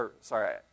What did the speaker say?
Sorry